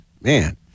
Man